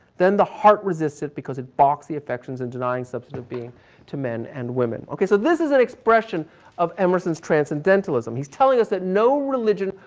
then the heart resisted because it balks the affections and design substantive being to men and women. okay. so this is an expression of emerson's transcendentalism. he's telling us that no religion,